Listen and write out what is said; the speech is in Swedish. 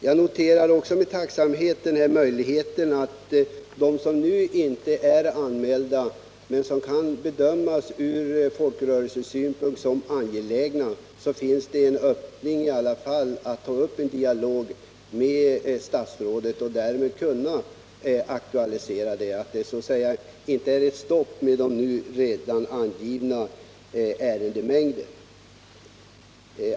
Jag noterar också med tacksamhet möjligheten att beträffande de objekt som nu inte är anmälda men som ur folkrörelsesynpunkt kan anses vara angelägna ta upp en dialog med statsrådet och därmed kunna aktualisera dem och att det alltså inte är ett stopp med den nu angivna ärendemängden.